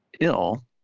ill